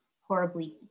horribly